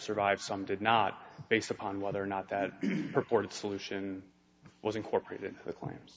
survive some did not based upon whether or not that purported solution was incorporated claims